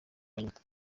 nyuma